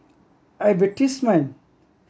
advertisement